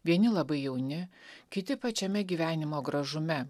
vieni labai jauni kiti pačiame gyvenimo gražume